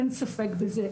אין ספק בזה,